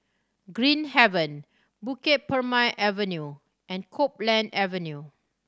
Green Haven Bukit Purmei Avenue and Copeland Avenue